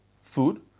food